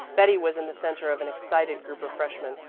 betty was in the centre of an excited group of freshmen.